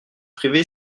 privé